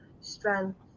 strength